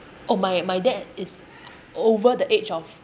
oh my my dad is over the age of